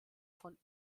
von